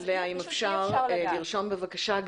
אז אי אפשר לדעת.